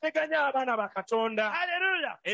Hallelujah